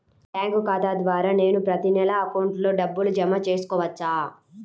Bank ఖాతా ద్వారా నేను ప్రతి నెల అకౌంట్లో డబ్బులు జమ చేసుకోవచ్చా?